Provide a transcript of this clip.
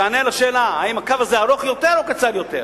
תענה על השאלה: האם הקו הזה ארוך יותר או קצר יותר?